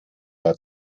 war